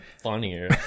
funnier